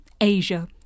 Asia